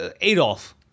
Adolf